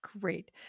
Great